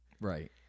Right